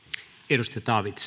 arvoisa